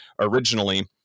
originally